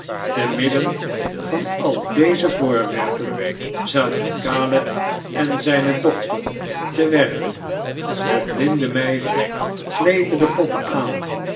te midden van al deze voorwerpen zaten caleb en zijne doohter f werken het blinde meisje kleedde de poppen aan